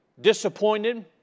disappointed